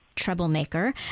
troublemaker